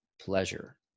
pleasure